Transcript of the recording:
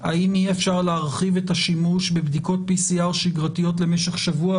האם יהיה אפשר להרחיב את השימוש בבדיקות PCR שגרתיות למשך שבוע,